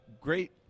Great